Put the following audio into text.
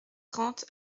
trente